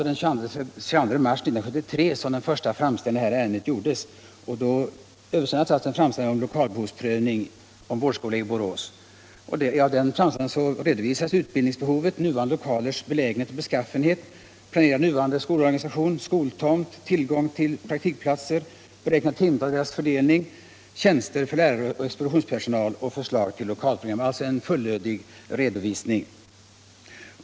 Den 22 mars 1973 gjordes den första framställningen om lokalbehovsprövning för vårdskola i Borås. I den framställningen redovisades utbildningsbehovet, nuvarande lokalers belägenhet och beskaffenhet, planerad och nuvarande skolorganisation, skoltomt, tillgång till praktikplatser, beräknat antal timmar och deras fördelning, tjänster för lärare och institutionspersonal samt förslag till lokalprogram, alltså en fullödig redovisning.